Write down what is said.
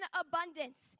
abundance